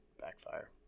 backfire